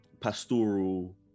pastoral